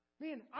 Man